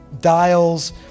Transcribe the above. dials